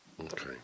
Okay